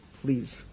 please